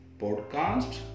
Podcast